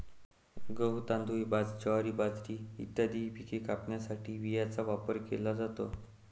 गहू, तांदूळ, ज्वारी, बाजरी इत्यादी पिके कापण्यासाठी विळ्याचा वापर केला जातो